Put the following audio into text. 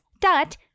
dot